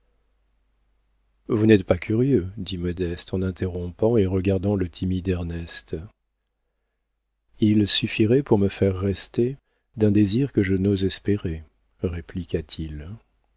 vous n'êtes pas curieux dit modeste en interrompant et regardant le timide ernest il suffirait pour me faire rester d'un désir que je n'ose espérer répliqua-t-il